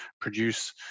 produce